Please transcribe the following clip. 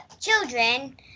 children